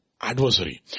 adversary